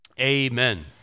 Amen